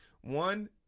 One